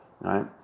right